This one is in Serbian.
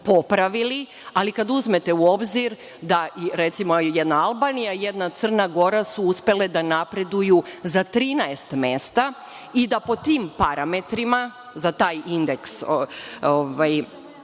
Ali, kada uzmete u obzir da su, recimo, jedna Albanija i jedna Crna Gora uspele da napreduju za 13 mesta i da po tim parametrima, za taj indeks